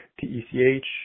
T-E-C-H